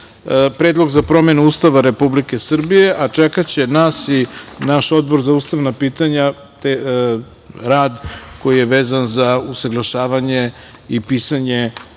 Predlog za promenu Ustava Republike Srbije, a čekaće nas i naš Odbor za ustavna pitanja, te rad koji je vezan za usaglašavanje i pisanje